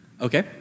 Okay